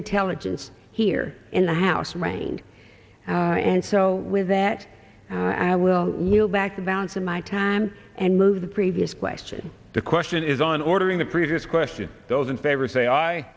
intelligence here in the house reigned and so with that i will kneel back the balance of my time and move the previous question the question is on ordering the previous question those in favor say